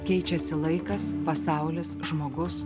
keičiasi laikas pasaulis žmogus